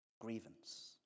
grievance